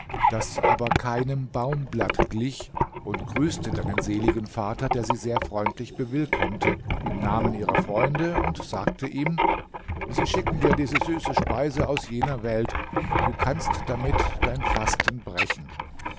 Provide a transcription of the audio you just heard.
das aber keinem baumblatt glich und grüßte deinen seligen vater der sie sehr freundlich bewillkommte im namen ihrer freunde und sagte ihm sie schicken dir diese süße speise aus jener welt du kannst damit dein fasten brechen